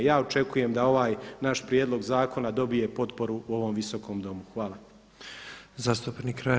Ja očekujem da ovaj naš prijedlog zakona dobije potporu u ovom Visokom domu.